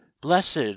BLESSED